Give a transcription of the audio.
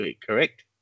Correct